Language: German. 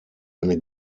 eine